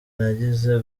nagize